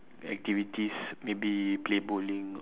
activities maybe play bowling